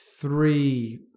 three